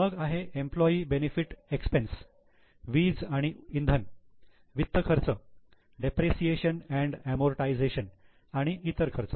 मग आहे employee benefit expense वीज आणि इंधन वित्त खर्च डेप्रिसिएशन अंड अमोर्टायझेशन आणि इतर खर्च